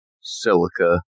silica